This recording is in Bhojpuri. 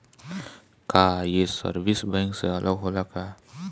का ये सर्विस बैंक से अलग होला का?